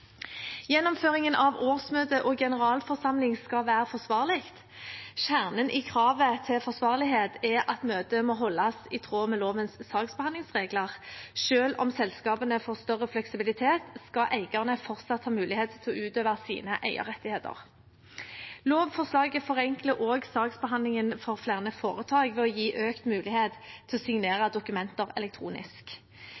Gjennomføringen av årsmøte og generalforsamling skal være forsvarlig. Kjernen i kravet til forsvarlighet er at møtet må holdes i tråd med lovens saksbehandlingsregler. Selv om selskapene får større fleksibilitet, skal eierne fortsatt ha mulighet til å utøve sine eierrettigheter. Lovforslaget forenkler også saksbehandlingen for flere foretak, og gir økt mulighet til å signere